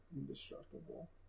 indestructible